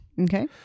Okay